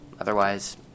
Otherwise